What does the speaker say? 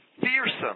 fearsome